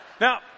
Now